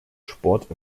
sport